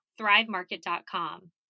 thrivemarket.com